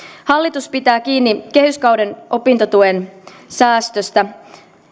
hallitus pitää kiinni kehyskauden opintotuen säästöstä